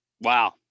Wow